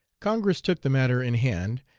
congress took the matter in hand,